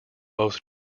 both